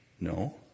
No